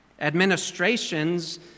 Administrations